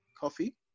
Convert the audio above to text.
coffee